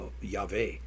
Yahweh